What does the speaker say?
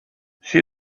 she